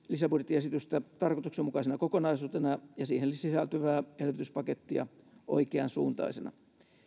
lisäbudjettiesitystä tarkoituksenmukaisena kokonaisuutena ja siihen sisältyvää elvytyspakettia oikeansuuntaisena